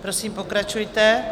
Prosím, pokračujte.